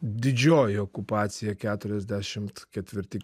didžioji okupacija keturiasdešimt ketvirti